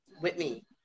whitney